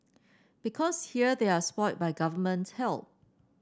because here they are spoilt by Government help